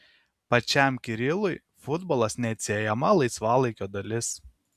pačiam kirilui futbolas neatsiejama laisvalaikio dalis